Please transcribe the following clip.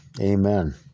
Amen